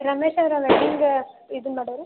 ರಮೇಶ್ ಅವರಲ್ಲಾ ವೆಡ್ಡಿಂಗ್ ಇದನ್ ಮಾಡೋರು